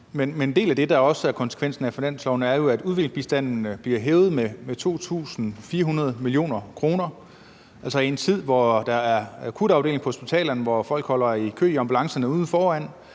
Men en del af det, der også er konsekvensen af finansloven, er jo, at udviklingsbistanden bliver hævet med 2.400 mio. kr. Det sker i en tid, hvor der er akutafdelinger på hospitalerne, hvor folk holder i kø i ambulancerne ude foran